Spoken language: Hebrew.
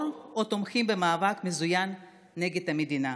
או תומכים במאבק מזוין נגד המדינה.